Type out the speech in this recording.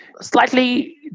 slightly